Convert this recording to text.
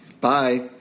bye